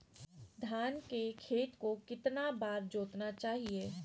धान के खेत को कितना बार जोतना चाहिए?